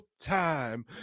time